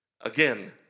Again